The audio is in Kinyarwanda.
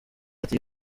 ati